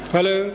Hello